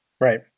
Right